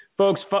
folks